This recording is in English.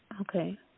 Okay